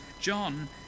John